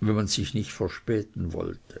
wenn man sich nicht verspäten wollte